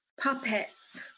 puppets